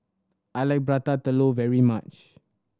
I like Prata Telur very much